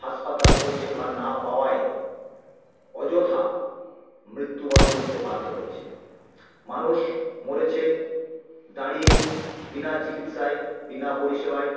হাসপাতাল পরিষেবা না পাওয়ায় অযথা মৃত্যুবরণ করতে বাধ্য হয়েছে মানুষ মরেছে দাঁড়িয়ে বিনা চিকিৎসায় বিনা পরিষেবায়